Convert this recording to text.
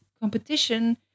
competition